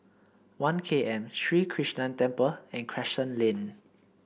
One K M Sri Krishnan Temple and Crescent Lane